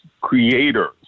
creators